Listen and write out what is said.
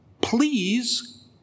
please